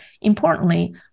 Importantly